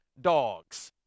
dogs